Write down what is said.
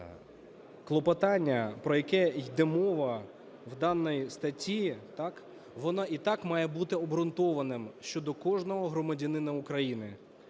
Клопотання, про яке йде мова в даній статті, так, воно і так має бути обґрунтованим щодо кожного громадянина України.